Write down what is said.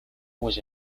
was